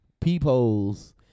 peepholes